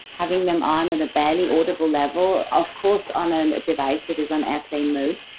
having them on at a barely audible level of course on a device that is on airplane mode.